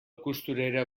costurera